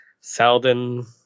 Salden